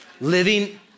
Living